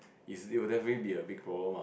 it's it will definitely be a big problem ah